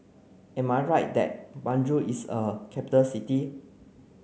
am I right that Banjul is a capital city